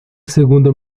segunda